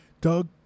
Doug